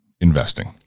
investing